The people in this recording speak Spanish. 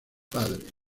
padre